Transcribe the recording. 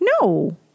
no